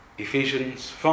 Ephesians